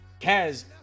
kaz